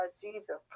Jesus